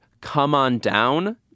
come-on-down